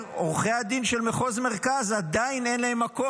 לעורכי הדין של מחוז מרכז עדיין אין מקום.